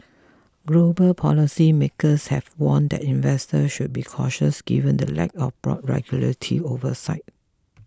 global policy makers have warned that investor should be cautious given the lack of broad regulatory oversight